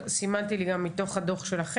סימנתי לי אותם מתוך הדוח.